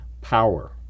power